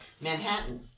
Manhattan